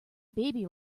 baby